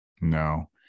No